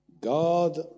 God